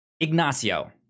ignacio